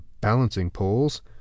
balancing-poles